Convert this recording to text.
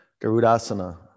Garudasana